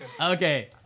Okay